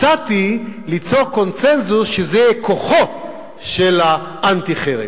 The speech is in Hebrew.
הצעתי ליצור קונסנזוס שזה יהיה כוחו של האנטי-חרם.